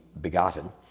begotten